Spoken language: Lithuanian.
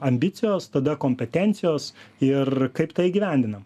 ambicijos tada kompetencijos ir kaip tai įgyvendinam